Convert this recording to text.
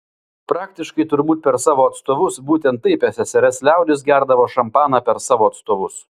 praktiškai turbūt per savo atstovus būtent taip ssrs liaudis gerdavo šampaną per savo atstovus